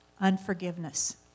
unforgiveness